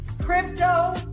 Crypto